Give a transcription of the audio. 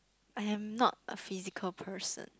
I am not a physical person